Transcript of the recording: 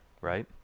right